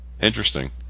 Interesting